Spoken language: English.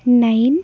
nine